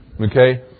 Okay